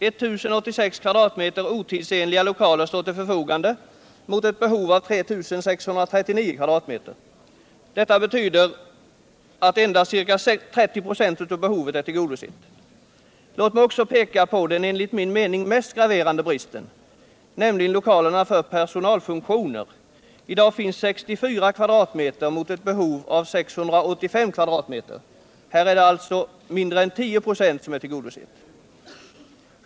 I 086 m2 otidsenliga lokaler står till förfogande jämfört med ett behov av 3639 m2. Detta betyder att endast ca 30 26 av behovet är tillgodosett. Låt mig också peka på den enligt min mening mest graverande bristen, nämligen beträffande lokaler för personalfunktioner. I dag finns 64 m? mot ett behov av 685 m?. Här är alltså mindre än 10 96 av behovet tillgodosett.